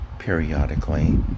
Periodically